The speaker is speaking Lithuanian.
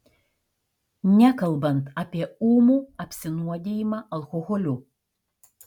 nekalbant apie ūmų apsinuodijimą alkoholiu